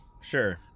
Sure